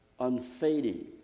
unfading